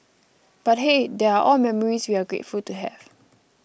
but hey they are all memories we're grateful to have